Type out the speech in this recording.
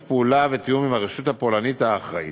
פעולה ותיאום עם הרשות הפולנית האחראית.